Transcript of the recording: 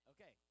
Okay